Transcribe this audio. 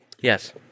Yes